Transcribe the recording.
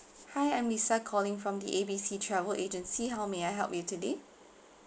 hi I'm lisa calling from the A B C travel agency how may I help you today